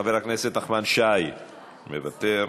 חבר הכנסת נחמן שי, מוותר,